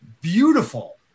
Beautiful